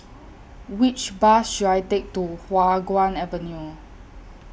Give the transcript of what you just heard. Which Bus should I Take to Hua Guan Avenue